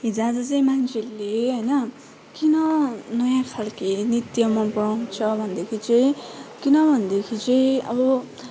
हिजआज चाहिँ मान्छेहरूले होइन किन नयाँ खालको नृत्य मनपराउँछ भन्दाखेरि चाहिँ किनभन्दाखेरि चाहिँ अब